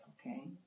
Okay